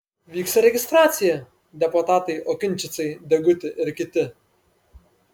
vyksta registracija deputatai okinčicai deguti ir kiti